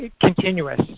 continuous